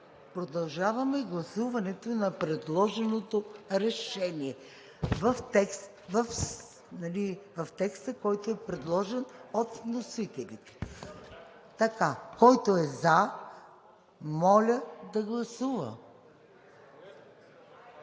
Продължаваме гласуването на предложеното решение в текста, който е предложен от вносителите. Който е за, моля да гласува.